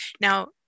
Now